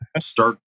start